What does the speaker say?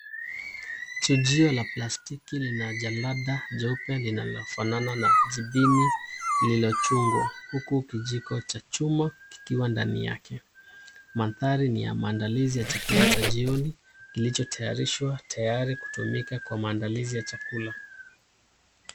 Changio la plastiki lina jalada jeupe linalofanana na jipini lililo chungwa huku kijiko cha chuma kikiwa ndani yake. Mandhari ni ya maandalizi ya chakula cha jioni kilichotayarishwa tayari kutumika kwa maandalizi ya chakula.